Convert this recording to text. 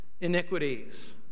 iniquities